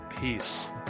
Peace